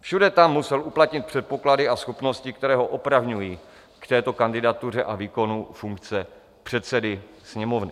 Všude tam musel uplatnit předpoklady a schopnosti, které ho opravňují k této kandidatuře a výkonu funkce předsedy Sněmovny.